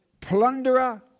Plunderer